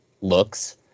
looks